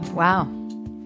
Wow